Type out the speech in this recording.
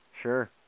Sure